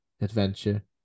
adventure